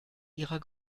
ihrer